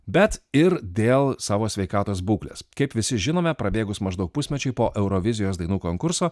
bet ir dėl savo sveikatos būklės kaip visi žinome prabėgus maždaug pusmečiui po eurovizijos dainų konkurso